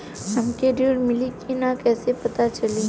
हमके ऋण मिली कि ना कैसे पता चली?